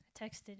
texted